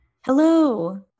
Hello